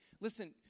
Listen